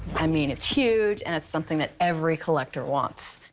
i mean, it's huge. and it's something that every collector wants.